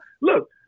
Look